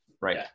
Right